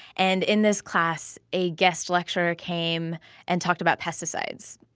and in this class, a guest lecturer came and talked about pesticides.